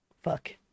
fuck